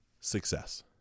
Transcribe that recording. success